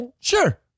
Sure